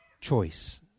choice